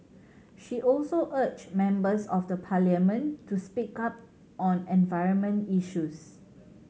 she also urged members of the Parliament to speak up on environment issues